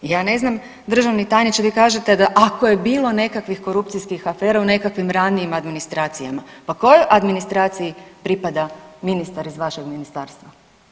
Ja ne znam Državni tajniče vi kažete da ako je bilo nekakvih korupcijskih afera u nekakvim administracijama, pa kojoj administraciji pripada Ministar iz vašeg Ministarstva?